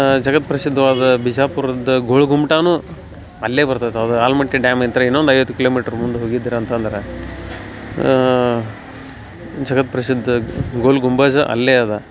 ಜಗತ್ಪ್ರಸಿದ್ವಾದ ಬಿಜಾಪುರದ ಗೋಳಗುಮ್ಟವೂ ಅಲ್ಲಿ ಬರ್ತದ್ ಅದು ಆಲ್ಮಟ್ಟಿ ಡ್ಯಾಮ್ ಇಂತ ಇನ್ನೊಂದು ಐವತ್ತು ಕಿಲೋಮೀಟ್ರ್ ಮುಂದೆ ಹೋಗಿದ್ರಿ ಅಂತಂದ್ರೆ ಜಗತ್ಪ್ರಸಿದ್ಧ ಗೋಲ್ ಗುಂಬಜ್ ಅಲ್ಲಿ ಅದ